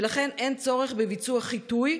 ולכן אין צורך בביצוע חיטוי,